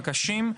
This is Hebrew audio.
הקשים,